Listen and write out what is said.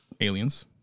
aliens